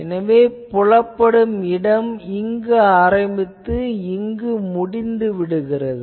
எனவே புலப்படும் இடம் இங்கு ஆரம்பித்து இங்கு முடிந்துவிடுகிறது